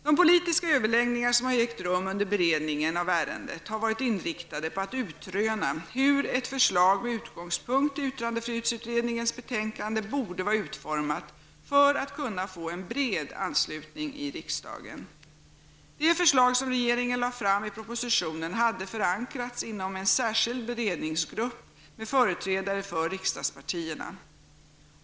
De politiska överläggningar som har ägt rum under beredningen av ärendet har varit inriktade på att utröna hur ett förslag med utgångspunkt i yttrandefrihetsutredningens betänkande borde vara utformat för att kunna få en bred anslutning i riksdagen. Det förslag som regeringen lägger fram i propositionen har förankrats inom en särskild beredningsgrupp med företrädare för riksdagspartierna.